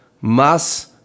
Mas